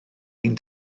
ein